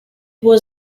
was